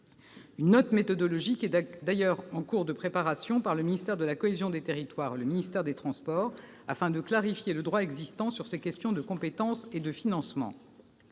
Une note méthodologique est d'ailleurs en cours de préparation entre le ministère de la cohésion des territoires et le ministère des transports afin de clarifier le droit existant sur ces questions de compétences et de financement.